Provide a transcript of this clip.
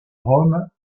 rome